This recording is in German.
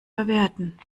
verwerten